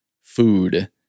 food